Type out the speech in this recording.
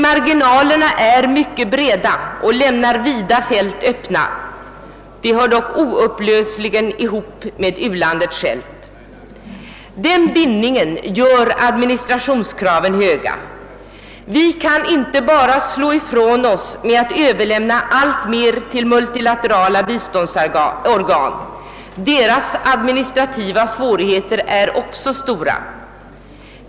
Marginalerna är mycket breda och lämnar vida fält öppna; de hör dock oupplösligen ihop med u-landet självt. Denna bindning gör administrationskraven höga. Vi kan inte bara slå dem från oss genom att överlämna alltmer till multilaterala biståndsorgan. Dessas administrativa svårigheter är också stora.